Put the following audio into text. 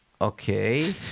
okay